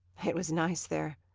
it was nice there.